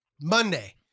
Monday